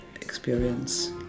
experience